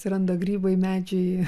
atsiranda grybai medžiai